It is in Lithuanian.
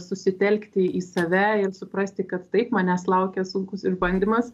susitelkti į save ir suprasti kad taip manęs laukia sunkus išbandymas